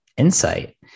Insight